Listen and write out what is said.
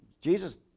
Jesus